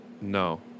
No